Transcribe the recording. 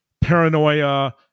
paranoia